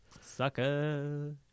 Sucker